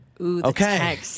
okay